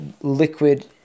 liquid